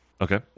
Okay